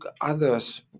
others